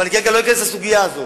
אבל כרגע אני לא אכנס לסוגיה הזאת.